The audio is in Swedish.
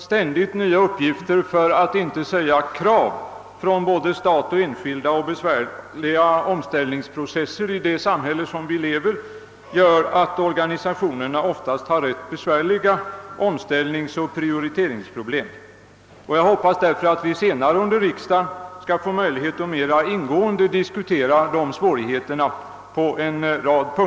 Ständigt nya uppgifter, för att inte säga krav, från både stat och enskilda samt besvärliga förändringsprocesser i vårt samhälle gör att organisationerna oftast har rätt svåra omställningsoch prioriteringsproblem. Jag hoppas, att vi senare under riksdagen skall få möjlighet att mera ingående diskutera dessa svårigheter.